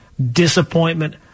disappointment